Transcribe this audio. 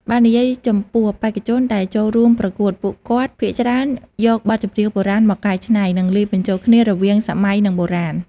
បើនិយាយចំពោះបេក្ខជនដែលចូលរួមប្រកួត ពួកគាត់ភាគច្រើនយកបទចម្រៀងបុរាណមកកែច្នៃ និងលាយបញ្ចូលគ្នារវាងសម័យនិងបុរាណ។